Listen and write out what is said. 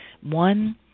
One